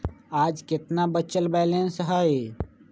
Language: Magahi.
आज केतना बचल बैलेंस हई?